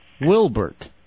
Wilbert